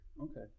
Okay